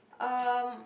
um